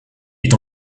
est